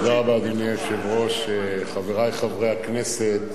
אדוני היושב-ראש, חברי חברי הכנסת,